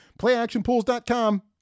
Playactionpools.com